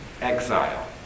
exile